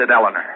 Eleanor